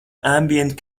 ambient